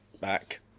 back